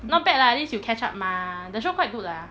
not bad lah at least you catch up mah the show quite good lah